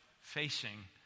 facing